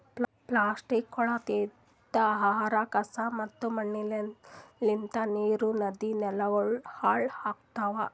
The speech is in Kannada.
ಪ್ಲಾಸ್ಟಿಕ್, ಕೊಳತಿದ್ ಆಹಾರ, ಕಸಾ ಮತ್ತ ಮಣ್ಣಲಿಂತ್ ನೀರ್, ನದಿ, ನೆಲಗೊಳ್ ಹಾಳ್ ಆತವ್